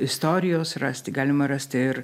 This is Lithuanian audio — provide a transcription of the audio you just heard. istorijos rasti galima rasti ir